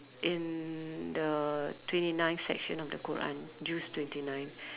in the twenty ninth section of the Quran juz twenty nine